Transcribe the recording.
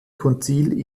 konzil